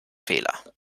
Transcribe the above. fehler